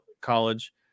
college